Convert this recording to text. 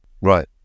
Right